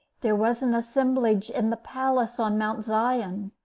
there was an assemblage in the palace on mount zion,